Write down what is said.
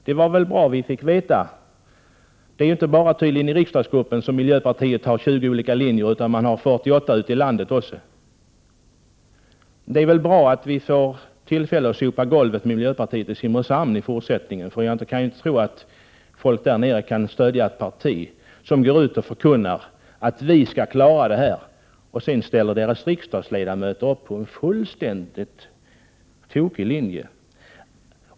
— Det var väl bra att vi fick veta detta. Det är tydligen inte bara i riksdagsgruppen som miljöpartiet har 20 olika linjer. Man har 48 ute i landet också. Det är väl bra att vi i fortsättningen får tillfälle att sopa golvet med miljöpartiet i Simrishamn. Jag kan inte tro att folket där nere kan stödja ett parti som går ut och förkunnar att man skall klara en sak, varefter partiets riksdagsledamöter väljer en fullständigt tokig linje.